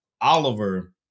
oliver